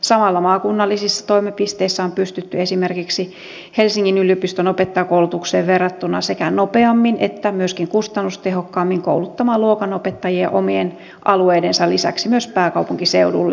samalla maakunnallisissa toimipisteissä on pystytty esimerkiksi helsingin yliopiston opettajakoulutukseen verrattuna sekä nopeammin että myöskin kustannustehokkaammin kouluttamaan luokanopettajia omien alueiden lisäksi myös pääkaupunkiseudulle